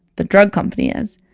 the drug company is.